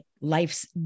life's